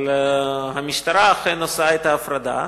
אבל המשטרה אכן עושה את ההפרדה,